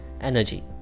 energy